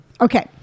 Okay